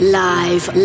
live